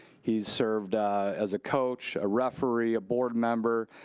he served as a coach, a referee, a board member.